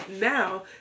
now